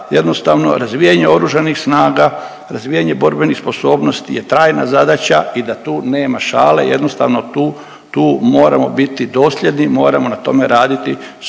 jednostavno razvijanje Oružanih snaga, razvijanje borbenih sposobnosti je trajna zadaća i da tu nema šale, jednostavno tu, tu moramo biti dosljedni, moram na tome raditi